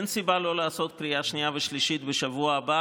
אין סיבה לא לעשות קריאה שנייה ושלישית בשבוע הבא